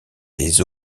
des